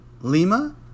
Lima